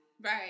Right